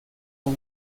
con